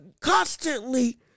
constantly